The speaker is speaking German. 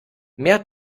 mehr